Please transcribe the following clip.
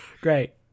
great